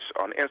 on